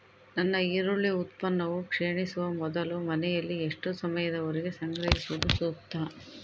ನನ್ನ ಈರುಳ್ಳಿ ಉತ್ಪನ್ನವು ಕ್ಷೇಣಿಸುವ ಮೊದಲು ಮನೆಯಲ್ಲಿ ಎಷ್ಟು ಸಮಯದವರೆಗೆ ಸಂಗ್ರಹಿಸುವುದು ಸೂಕ್ತ?